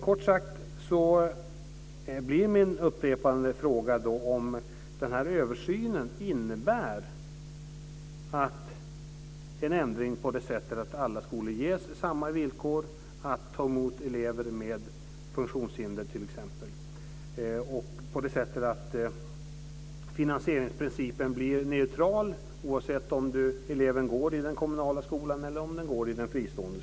Kort sagt så blir min upprepade fråga: Innebär denna översyn en ändring på det sättet att alla skolor ges samma villkor att ta emot elever med funktionshinder t.ex., så att finansieringsprincipen blir neutral oavsett om eleven går i den kommunala skolan eller i den fristående?